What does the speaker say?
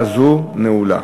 רבותי, הגענו לסוף